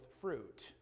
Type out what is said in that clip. fruit